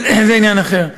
אבל זה עניין אחר.